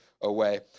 away